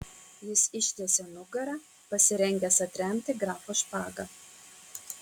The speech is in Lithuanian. jis ištiesė nugarą pasirengęs atremti grafo špagą